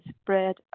spread